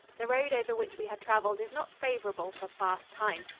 the road over which we had traveled is not favorable for fast time.